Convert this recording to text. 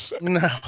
no